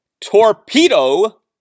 Torpedo